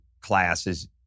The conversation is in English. classes